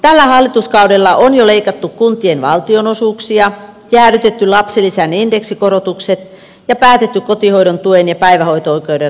tällä hallituskaudella on jo leikattu kuntien valtionosuuksia jäädytetty lapsilisän indeksikorotukset ja päätetty kotihoidon tuen ja päivähoito oikeuden rajaamisesta